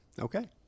Okay